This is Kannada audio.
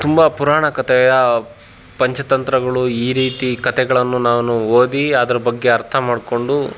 ತುಂಬ ಪುರಾಣ ಕತೆಯ ಪಂಚತಂತ್ರಗಳು ಈ ರೀತಿ ಕಥೆಗಳನ್ನು ನಾನು ಓದಿ ಅದರ ಬಗ್ಗೆ ಅರ್ಥ ಮಾಡಿಕೊಂಡು